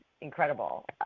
incredible